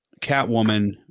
Catwoman